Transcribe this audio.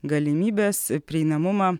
galimybes prieinamumą